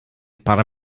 paar